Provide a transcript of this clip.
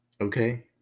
Okay